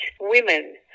women